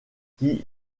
qui